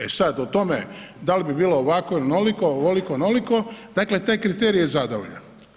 E sad, o tome da li bi bilo ovako ili onoliko, ovoliko, onoliko, dakle taj kriterij je zadovoljan.